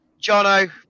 Jono